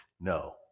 No